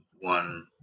one